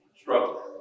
struggle